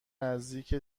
نزدیک